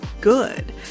good